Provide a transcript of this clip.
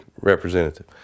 representative